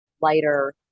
lighter